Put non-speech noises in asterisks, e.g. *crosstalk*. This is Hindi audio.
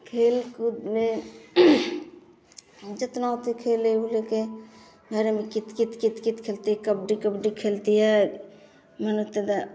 खेल कूद में जितना होती खेले ऊले के घरे में कित कित कित कित खेलती है कबड्डी कबड्डी खेलती है *unintelligible*